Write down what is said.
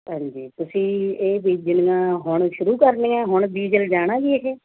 ਹਾਂਜੀ ਤੁਸੀਂ ਇਹ ਬੀਜਣੀਆਂ ਹੁਣ ਸ਼ੁਰੂ ਕਰਨੀਆਂ ਹੁਣ ਬੀਜ ਲਿਜਾਣਾ ਜੀ ਇਹ